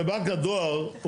בבנק הדואר,